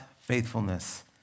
faithfulness